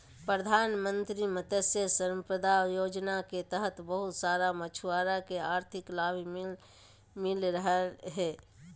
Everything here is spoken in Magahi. प्रधानमंत्री मत्स्य संपदा योजना के तहत बहुत सारा मछुआरा के आर्थिक लाभ मिल रहलय हें